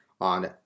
on